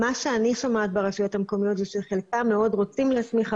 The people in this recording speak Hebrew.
מה שאני שומעת ברשויות המקומיות זה שחלקם מאוד רוצים להסמיך,